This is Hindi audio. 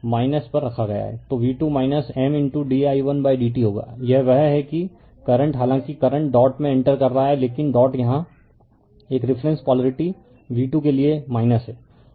तो v2 M di1dt होगा यह वह है कि करंट हालांकि करंट डॉट में इंटर कर रहा है लेकिन डॉट यहाँ एक रिफरेन्स पोलारिटी v2 के लिए है